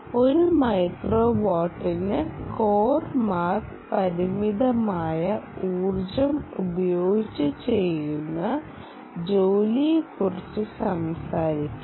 ഒരു മൈക്രോവാട്ടിന് core mark പരിമിതമായ ഊർജ്ജം ഉപയോഗിച്ച് ചെയ്യുന്ന ജോലിയെക്കുറിച്ച് സംസാരിക്കുന്നു